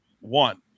one